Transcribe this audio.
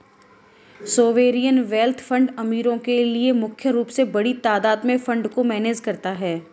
sovereign wealth fund अमीरो के लिए मुख्य रूप से बड़ी तादात में फंड को मैनेज करता है